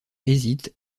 hésite